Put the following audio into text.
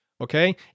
Okay